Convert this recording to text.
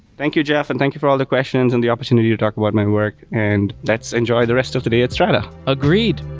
thank you, jeff, and thank you for all the questions and the opportunity to talk about my work. and let's enjoy the rest of the day at strata. agreed!